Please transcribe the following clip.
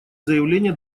заявление